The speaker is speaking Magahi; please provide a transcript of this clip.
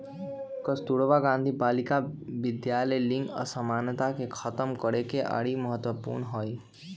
कस्तूरबा गांधी बालिका विद्यालय लिंग असमानता के खतम करेके ओरी महत्वपूर्ण हई